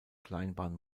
kleinbahn